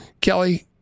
Kelly